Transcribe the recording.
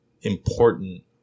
important